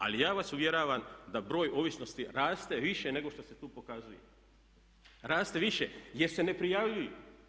Ali ja vas uvjeravam da broj ovisnosti raste više nego što se tu pokazuje, raste više jer se ne prijavljuje.